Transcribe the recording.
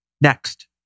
Next